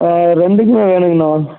ஆ ரெண்டுக்கும் வேணுங்கண்ணா